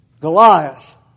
Goliath